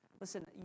Listen